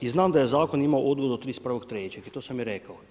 I znam da je Zakon imao odgodu do 31.03. i to sam i rekao.